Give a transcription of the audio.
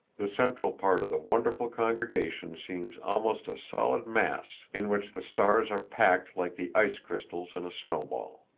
the central part of the wonderful congregation seems almost a solid mass in which the stars are packed like the ice crystals in a snowball.